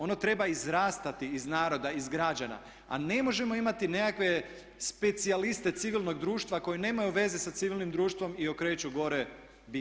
Ono treba izrastati iz naroda, iz građana, a ne možemo imati nekakve specijaliste civilnog društva koji nemaju veze sa civilnim društvom i okreću gore business.